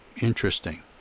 Interesting